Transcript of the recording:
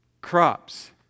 crops